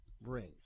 brings